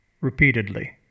repeatedly